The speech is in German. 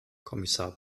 kommissar